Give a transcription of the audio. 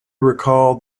recalled